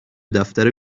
دفتر